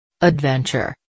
Adventure